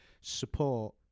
support